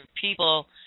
people